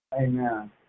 Amen